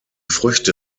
früchte